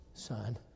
Son